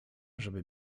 żeby